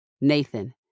Nathan